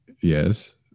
yes